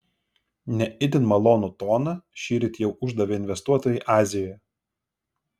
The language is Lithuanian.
ne itin malonų toną šįryt jau uždavė investuotojai azijoje